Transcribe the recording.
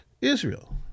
Israel